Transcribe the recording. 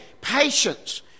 patience